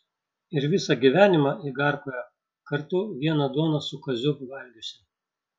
ir visą gyvenimą igarkoje kartu vieną duoną su kaziu valgiusi